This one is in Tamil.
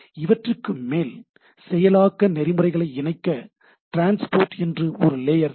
இவற்றுக்கு மேல் செயலாக்க செயல்முறைகளை இணைக்க டிரான்ஸ்போர்ட் என்று ஒரு லேயர் வேண்டும்